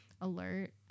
alert